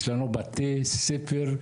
יש לנו בתי ספר,